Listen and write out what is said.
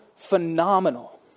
phenomenal